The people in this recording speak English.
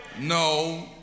No